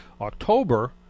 October